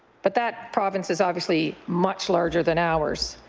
but that province is obviously much larger than ours.